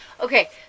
Okay